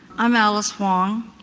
i'm alice huang,